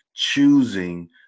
Choosing